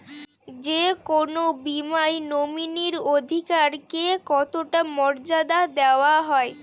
যে কোনো বীমায় নমিনীর অধিকার কে কতটা মর্যাদা দেওয়া হয়?